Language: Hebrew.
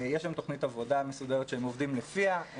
יש שם תוכנית עבודה מסודרת שהם עובדים לפיה,